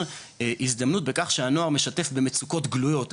הזדמנות בכך שהנוער משתף במצוקות גלויות,